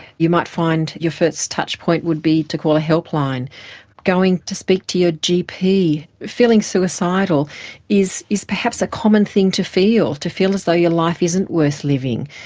you might find your first touch-point would be to call a helpline, or going to speak to your gp. feeling suicidal is is perhaps a common thing to feel, to feel as though your life isn't worth living.